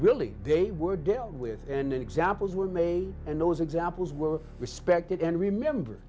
really they were dealt with and examples were made and those examples were respected and remember